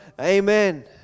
Amen